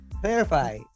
clarify